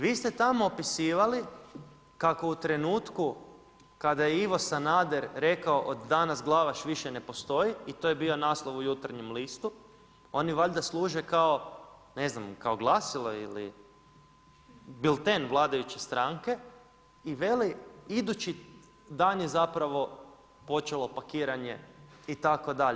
Vi ste tamo opisivali kao u trenutku kada je Ivo Sanader rekao od danas Glavaš više ne postoji i to je bio naslov u Jutarnjem listu, oni valjda služe ne znam, kao glasilo ili bilten vladajuće stranke i veli idući dan je zapravo počelo pakiranje itd.